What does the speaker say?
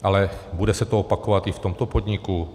Ale bude se to opakovat i v tomto podniku?